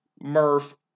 Murph